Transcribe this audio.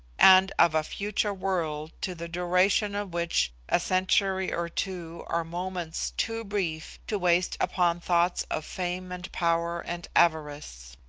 and of a future world to the duration of which a century or two are moments too brief to waste upon thoughts of fame and power and avarice